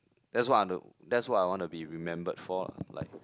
that's what I want to that's what I want to be remembered for lah like